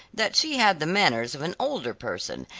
that she had the manners of an older person,